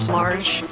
large